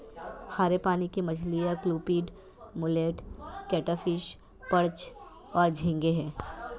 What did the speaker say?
खारे पानी की मछलियाँ क्लूपीड, मुलेट, कैटफ़िश, पर्च और झींगे हैं